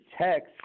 text